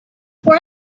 for